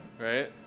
Right